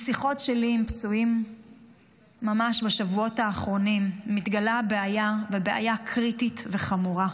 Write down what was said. משיחות שלי עם פצועים ממש בשבועות האחרונים מתגלה הבעיה כקריטית וחמורה: